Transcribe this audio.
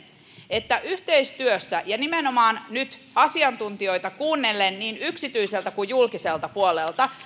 että nyt yhteistyössä ja nimenomaan asiantuntijoita kuunnellen niin yksityiseltä kuin julkiselta puolelta